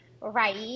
right